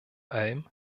allem